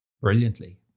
brilliantly